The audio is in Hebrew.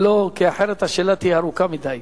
כי אחרת השאלה תהיה ארוכה מדי.